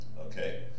Okay